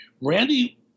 Randy